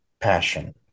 passion